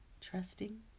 Trusting